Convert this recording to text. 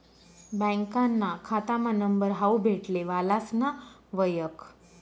बँकाना खातामा नंबर हावू भेटले वालासना वयख